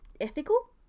ethical